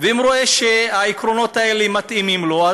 ואם הוא רואה שהעקרונות האלה מתאימים לו,